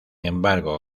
embargo